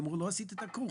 והם אמרו לא עשית את הקורס,